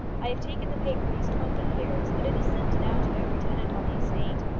i have taken the paper these twenty years, but it is sent now to every tenant on the estate,